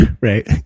right